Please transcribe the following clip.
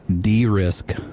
de-risk